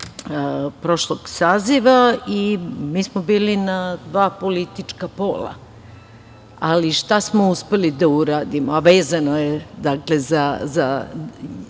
prošlog saziva, mi smo bili na dva politička pola. Ali, šta smo uspeli da uradimo, a vezano je za